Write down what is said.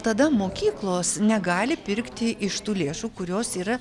tada mokyklos negali pirkti iš tų lėšų kurios yra